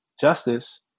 justice